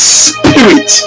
spirit